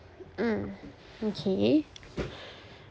mm okay